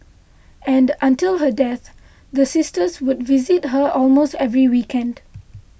and until her death the sisters would visit her almost every weekend